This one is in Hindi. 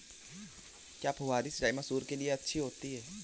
क्या फुहारी सिंचाई मसूर के लिए अच्छी होती है?